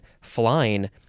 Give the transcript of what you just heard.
flying